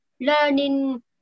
learning